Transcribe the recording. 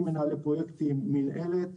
עם מנהלי פרויקטים של המנהלת,